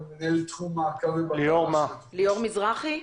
ליאור מזרחי?